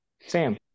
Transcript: Sam